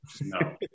No